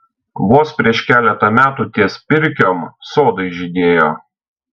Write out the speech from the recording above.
vos prieš keletą metų ties pirkiom sodai žydėjo